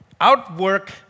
outwork